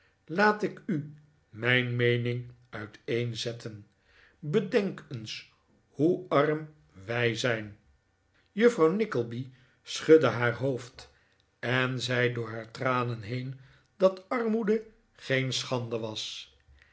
laat ik u mijn meening uiteenzetten bedenk eens hoe arm wij zijn juffrouw nickleby schudde haar hoofd en zei door haar tranen heen dat armoede geen schande was